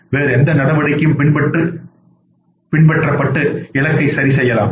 வேறு எந்த நடவடிக்கையும் பின்பற்றப்பட்டு இலக்கை சரிசெய்யலாம்